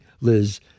Liz